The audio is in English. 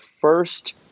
first